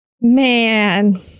Man